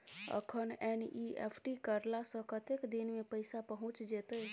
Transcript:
अखन एन.ई.एफ.टी करला से कतेक दिन में पैसा पहुँच जेतै?